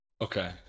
Okay